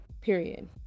Period